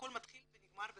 הכול מתחיל ונגמר בזה.